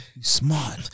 smart